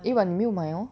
eh but 你没有买 hor